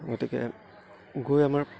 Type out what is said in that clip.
গতিকে গৈ আমাৰ